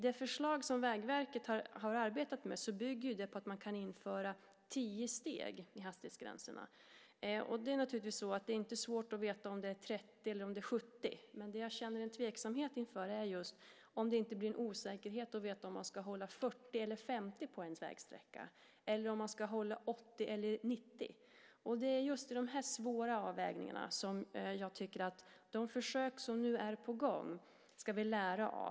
Det förslag som Vägverket har arbetat med bygger på att man kan införa tio steg i hastighetsgränserna. Det är inte svårt att veta om det 30 eller 70, men det jag känner en tveksamhet inför är om det inte blir en osäkerhet när det gäller att veta om man ska hålla 40 eller 50 på en vägsträcka eller om man ska hålla 80 eller 90. Det är just i de här svåra avvägningarna som jag tycker att vi ska lära av de försök som nu är på gång.